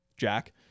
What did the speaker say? jack